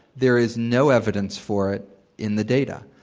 there is no evidence for it in the data.